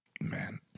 man